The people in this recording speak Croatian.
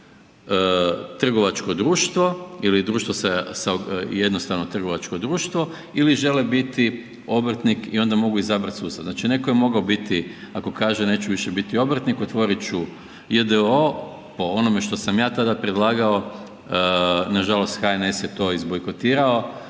trgovačko društvo ili društvo sa, jednostavno trgovačko društvo ili žele biti obrtnik i onda mogu izabrati sustav. Znači netko je mogao biti, ako kaže neću više biti obrtnik, otvorit ću j.d.o.o. po onome što sam ja tada predlagao, nažalost HNS je to izbojkotirao